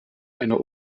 eine